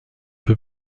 peu